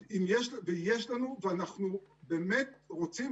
אז יש לנו, ואנחנו באמת רוצים.